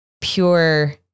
pure